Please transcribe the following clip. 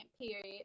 period